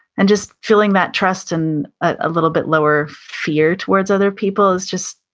and just feeling that trust and a little bit lower fear towards other people is just,